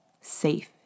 Safe